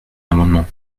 amendement